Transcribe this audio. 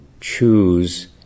choose